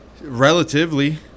relatively